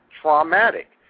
traumatic